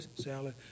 salad